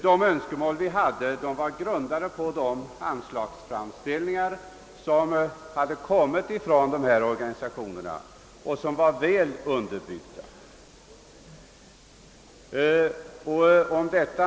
De önskemål vi hade framställt var grundande på de väl underbyggda anslagsframställningar, som hade kommit från de frivilliga försvarsorganisationerna.